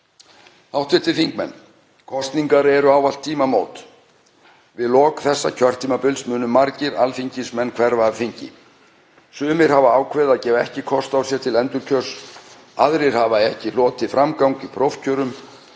Háttvirtir alþingismenn. Kosningar eru ávallt tímamót. Við lok þessa kjörtímabils munu margir alþingismenn hverfa af þingi. Sumir hafa ákveðið að gefa ekki kost á sér til endurkjörs, aðrir hafa ekki hlotið framgang í prófkjörum,